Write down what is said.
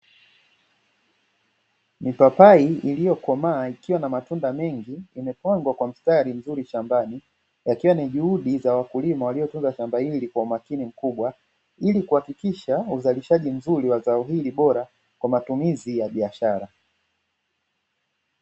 Mipapai iliyokomaa ikiwa na matunda mengi imepangwa kwa mstari mzuri shambani, ikiwa ni juhudi za wakulima waliotunza shamba hili kwa umakini mkubwa, ili kuhakikisha uzalishaji mzuri wa zao hili bora kwa matumizi ya biashara.